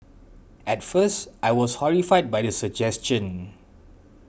at first I was horrified by the suggestion